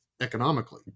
economically